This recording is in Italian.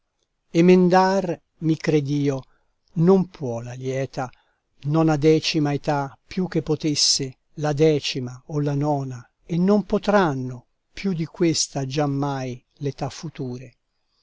emendar mi cred'io non può la lieta nonadecima età più che potesse la decima o la nona e non potranno più di questa giammai l'età future